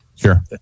sure